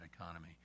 economy